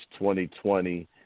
2020